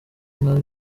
nka